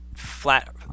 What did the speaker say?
flat